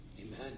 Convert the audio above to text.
Amen